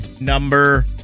number